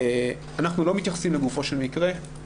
אנחנו לא מתייחסים לגופו של מקרה,